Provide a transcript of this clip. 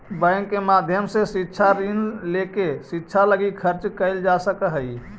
bank के माध्यम से शिक्षा ऋण लेके शिक्षा लगी खर्च कैल जा सकऽ हई